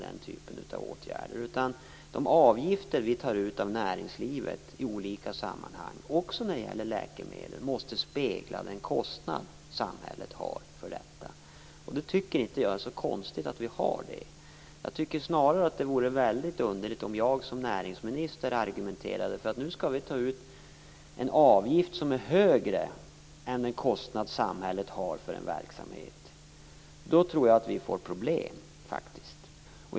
De avgifter som vi tar ut av näringslivet i olika sammanhang, också när det gäller läkemedel, måste spegla samhällets kostnader. Därför tycker jag inte att det är så konstigt att vi har dessa avgifter. Jag tycker snarare att det vore väldigt underligt om jag som näringsminister argumenterade för att vi nu skulle ta ut en avgift som skulle vara högre än samhällets kostnad för en verksamhet. Då tror jag att vi skulle få problem.